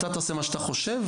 אתה תעשה מה שאתה חושב,